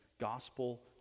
gospel